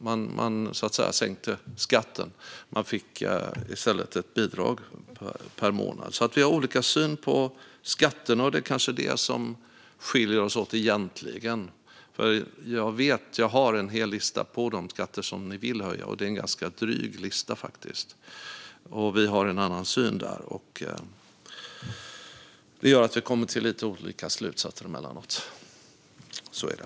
Man sänkte så att säga skatten, och människor fick i stället ett bidrag per månad. Vi har alltså olika syn på skatterna, och det är kanske det som skiljer oss åt egentligen. Jag har en hel lista över skatter ni vill höja, Vasiliki Tsouplaki, och det är faktiskt en ganska dryg lista. Vi har en annan syn där, och det gör att vi kommer till lite olika slutsatser emellanåt. Så är det.